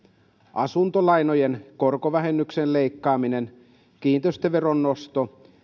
asuntolainojen korkovähennyksen leikkaaminen kiinteistöveron nosto